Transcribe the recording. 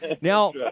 Now